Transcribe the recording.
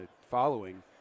following